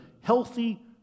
healthy